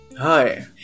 Hi